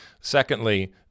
Secondly—